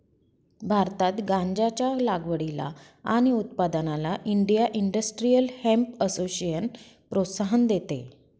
भारतात गांज्याच्या लागवडीला आणि उत्पादनाला इंडिया इंडस्ट्रियल हेम्प असोसिएशन प्रोत्साहन देते